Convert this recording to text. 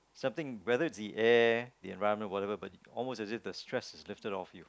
something whether it's the air or the environment whatever but almost as if the stress is lifted off you